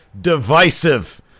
divisive